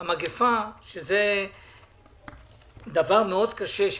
המגפה, שזה דבר מאוד קשה.